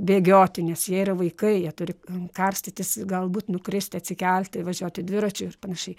bėgioti nes jie yra vaikai jie turi karstytis galbūt nukristi atsikelti važiuoti dviračiu ir panašiai